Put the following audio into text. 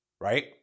Right